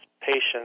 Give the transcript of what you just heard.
patients